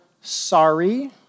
sorry